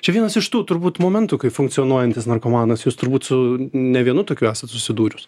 čia vienas iš tų turbūt momentų kai funkcionuojantis narkomanas jūs turbūt su ne vienu tokiu esat susidūrius